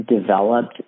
developed